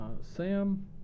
Sam